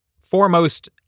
foremost